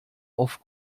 auf